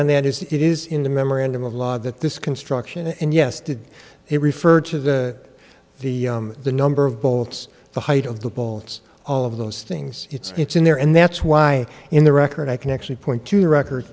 on that is that it is in the memorandum of law that this construction and yes did they refer to the the the number of bolts the height of the bolts all of those things it's it's in there and that's why in the record i can actually point to the record